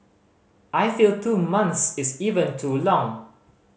I feel two months is even too long